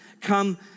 come